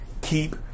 keep